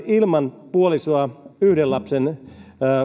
ilman puolisoa yhden lapsen